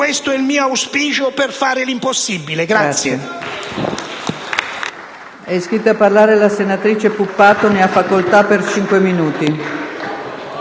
questo è il mio auspicio per fare l'impossibile. **Testo